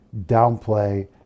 downplay